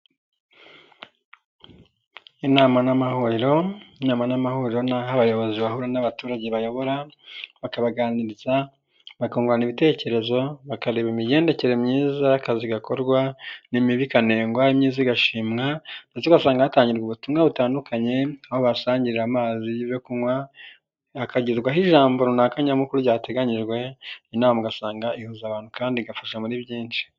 Inama n'amahuriro, inama n'amahuriro ni aho abayobozi bahura n'abaturage bayobora bakabaganiriza, bakungurana ibitekerezo, bakareba imigendekere myiza y'akazi gakorwa n'imibi ikanengwa, imyiza igashimwa ndetse ugasanga hatangirwa ubutumwa butandukanye, aho bahasangirira amazi yo kunywa, hakagerwaho ijambo runaka nyamukuru ryateganyijwe, inama ugasanga ihuza abantu kandi igafasha muri byinshi.